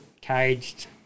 Caged